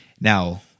Now